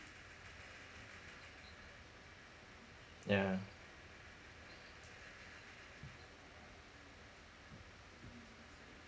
yeah